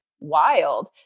wild